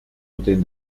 within